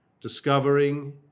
Discovering